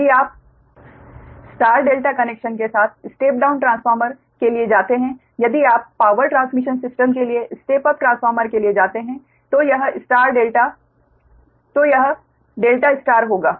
यदि आप star delta connection के साथ स्टेप डाउन ट्रांसफॉर्मर के लिए जाते हैं यदि आप पावर ट्रांसमिशन सिस्टम के लिए स्टेप अप ट्रांसफार्मर के लिए जाते हैं तो यह डेल्टा स्टार होगा